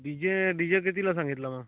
D J D J कितीला सांगितला मग